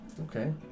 Okay